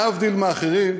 להבדיל מאחרים,